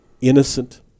innocent